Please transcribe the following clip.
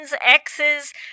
exes